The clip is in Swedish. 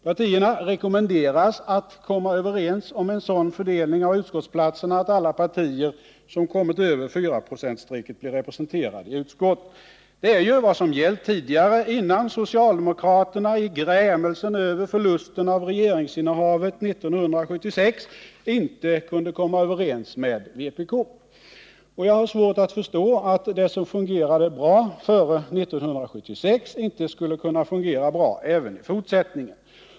Partierna rekommenderas att komma överens om en sådan fördelning av utskottsplatserna att alla partier som kommit över 4-procentsstrecket blir representerade i utskott. Det är ju vad som gällt tidigare, innan socialdemokraterna i grämelsen över förlusten av regeringsinnehavet 1976 inte kunde komma överens med vpk. Jag har svårt att förstå att det som fungerade bra före 1976 inte skulle kunna fungera bra även i fortsättningen.